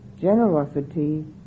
generosity